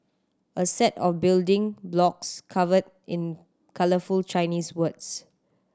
a set of building blocks covered in colourful Chinese words